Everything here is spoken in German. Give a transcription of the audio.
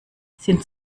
sind